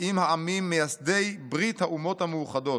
עם העמים מייסדי ברית האומות המאוחדות.